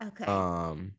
Okay